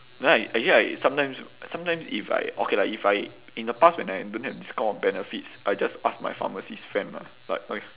right actually like sometimes sometimes if I okay like if I in the past when I don't have this kind of benefits I just ask my pharmacist friend mah but